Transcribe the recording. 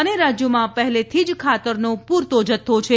અને રાજ્યોમાં પહેલેથી જ ખાતરનો પૂરતો જથ્થો છે